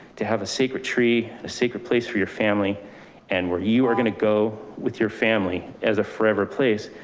to have a sacred tree, a sacred place for your family and where you are going to go with your family as a forever place.